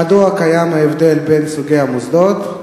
1. מדוע קיים הבדל בין סוגי המוסדות?